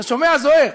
אתה שומע, זוהיר?